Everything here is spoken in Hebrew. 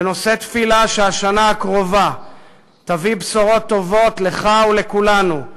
ונושא תפילה שהשנה הקרובה תביא בשורות טובות לך ולכולנו,